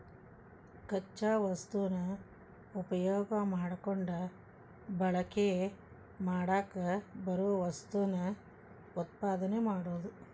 ಕಚ್ಚಾ ವಸ್ತುನ ಉಪಯೋಗಾ ಮಾಡಕೊಂಡ ಬಳಕೆ ಮಾಡಾಕ ಬರು ವಸ್ತುನ ಉತ್ಪಾದನೆ ಮಾಡುದು